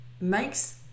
makes